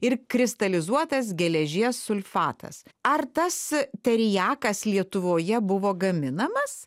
ir kristalizuotas geležies sulfatas ar tas teriakas lietuvoje buvo gaminamas